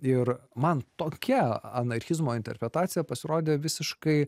ir man tokia anarchizmo interpretacija pasirodė visiškai